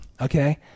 okay